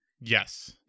Yes